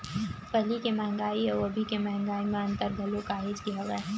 पहिली के मंहगाई अउ अभी के मंहगाई म अंतर घलो काहेच के हवय